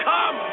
Come